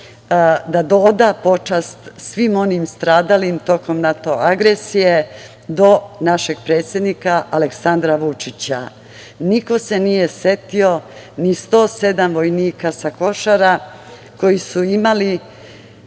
da oda počast svim onim stradalim tokom NATO agresije do našeg predsednika Aleksandra Vučića. Niko se nije setio ni 107 vojnika sa Košara koji su imali